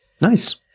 Nice